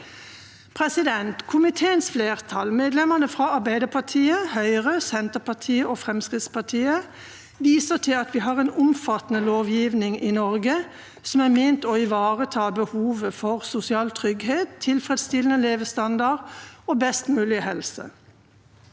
Komiteens flertall, medlemmene fra Arbeiderpartiet, Høyre, Senterpartiet og Fremskrittspartiet, viser til at vi har en omfattende lovgivning i Norge som er ment å ivareta behovet for sosial trygghet, tilfredsstillende levestandard og best mulig helse.